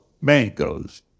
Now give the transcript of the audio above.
mangoes